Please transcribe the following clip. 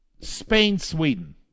Spain-Sweden